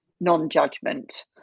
non-judgment